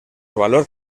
valor